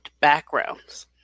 backgrounds